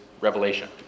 Revelation